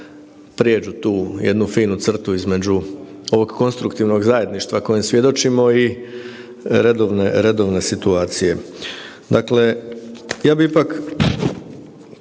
prijeđu tu jednu finu crtu između ovog konstruktivnog zajedništva kojem svjedočimo i redovne situacije.